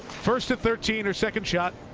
first at thirteen, her second shot.